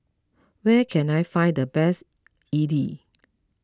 where can I find the best Idly